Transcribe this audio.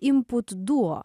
imput duo